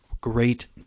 great